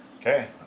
Okay